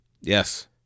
Yes